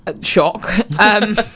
Shock